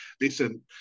Listen